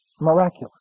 miraculous